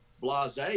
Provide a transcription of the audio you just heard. blase